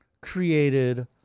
created